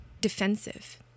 defensive